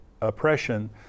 oppression